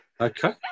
Okay